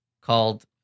called